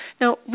Now